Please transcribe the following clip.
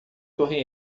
torre